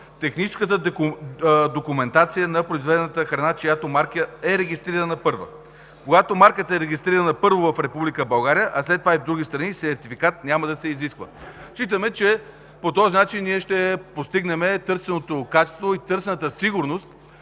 техническата документация на произведената храна, чиято марка е регистрирана първа. Когато марката е регистрирана първо в Република България, а след това и в други страни, сертификат няма да се изисква. Считаме, че по този начин ние ще постигнем търсеното качество и търсената сигурност